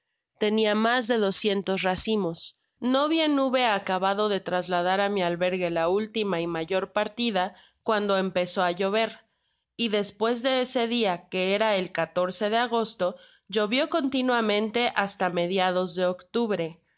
tenia mas de doscientos racimos no bien hube acabado de trasladar á mi albergue la última y mayor partida cuando empezó á llover y despues de ese dfli que era el de agosto llovió continuamente hasta mediados de octubre